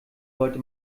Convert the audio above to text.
sollte